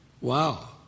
Wow